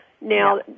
Now